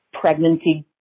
pregnancy